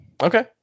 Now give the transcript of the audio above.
Okay